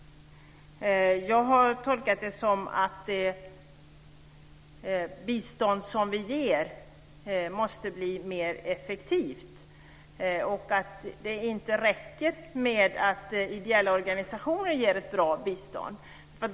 Jag har tolkat den så att det bistånd som vi ger måste bli mer effektivt och att det inte räcker med att ideella organisationer ger ett bra bistånd.